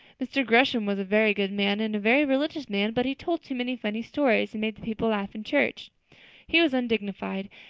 mr. gresham was a very good man and a very religious man, but he told too many funny stories and made the people laugh in church he was undignified,